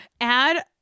Add